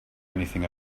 anything